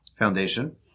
Foundation